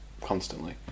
constantly